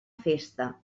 festa